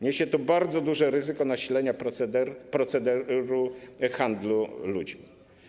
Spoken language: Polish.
Niesie to bardzo duże ryzyko nasilenia procederu handlu ludźmi.